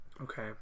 Okay